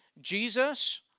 Jesus